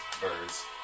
birds